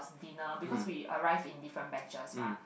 dinner because we arrive in different batches mah